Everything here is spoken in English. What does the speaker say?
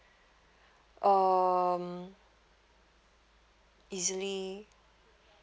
um easily